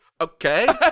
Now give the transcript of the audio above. okay